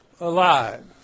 alive